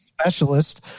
Specialist